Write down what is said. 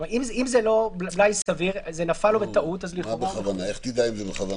יש פה שתי שאלות: איזו ועדה, והשאלה השנייה,